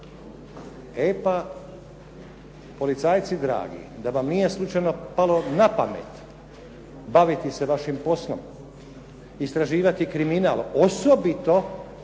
E pa policajci dragi da vam nije slučajno palo na pamet baviti se vašim poslom, istraživati kriminal, osobito,